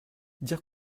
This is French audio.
dire